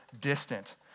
distant